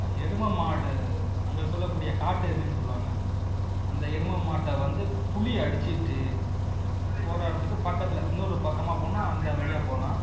எருமை மாடு அங்கே சொல்லக்கூடிய காட்டு எருமைன்னு சொல்லுவாங்க அந்த எருமைமாட்ட வந்து புலி அடிச்சுட்டு நாங்கள் போகிற இடத்துக்கு பக்கத்தில் இன்னொரு பக்கமாக போனால் அந்த வழியாக போகலாம்